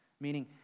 Meaning